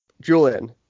Julian